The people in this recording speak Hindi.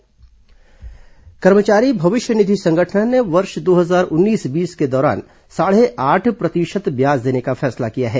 कर्मचारी भविष्य निधि ब्याज कर्मचारी भविष्य निधि संगठन ने वर्ष दो हजार उन्नीस बीस के दौरान साढ़े आठ प्र तिशत ब्याज देने का फैसला किया है